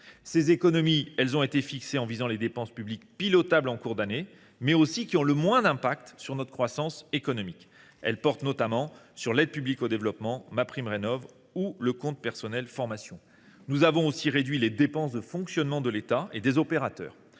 Ces économies ont été fixées en visant les dépenses publiques pilotables en cours d’année, mais aussi celles qui emportent le moins de conséquences sur notre croissance économique. Elles portent notamment sur l’aide publique au développement, sur MaPrimeRénov’ ou sur le compte personnel de formation. Nous avons également réduit les dépenses de fonctionnement de l’État et des opérateurs,